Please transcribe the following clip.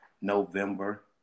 November